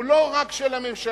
הוא לא רק של הממשלה,